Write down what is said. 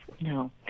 No